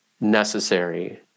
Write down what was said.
necessary